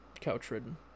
couch-ridden